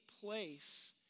place